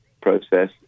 process